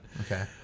okay